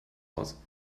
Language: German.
aus